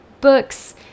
books